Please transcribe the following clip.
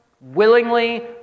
willingly